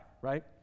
right